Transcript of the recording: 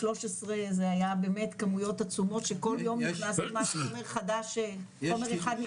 2013 זה היה באמת כמויות עצומות שכל יום נכנס חומר חדש לפקודה